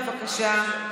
בבקשה.